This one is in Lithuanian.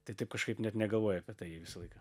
tai taip kažkaip net negalvoji apie tai visą laiką